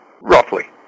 roughly